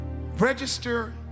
Register